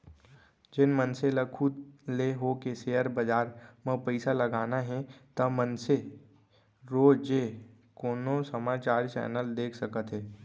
जेन मनसे ल खुद ले होके सेयर बजार म पइसा लगाना हे ता मनसे रोजे कोनो समाचार चैनल देख सकत हे